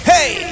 Hey